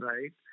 Right